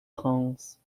france